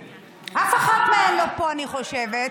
אף אחת מהן לא פה, אני חושבת.